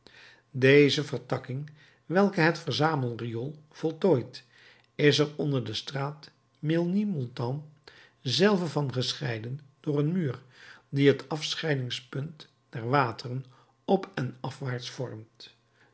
deze vertakking welke het verzamelriool voltooit is er onder de straat menilmontant zelve van gescheiden door een muur die het afscheidingspunt der wateren op en afwaarts vormt